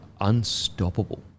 unstoppable